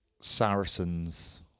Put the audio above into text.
Saracens